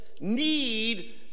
need